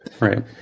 Right